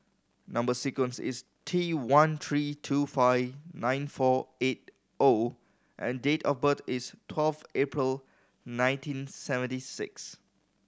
number sequence is T one three two five nine four eight O and date of birth is twelve April nineteen seventy six